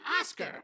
Oscar